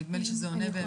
נדמה לי שזה עונה.